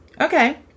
Okay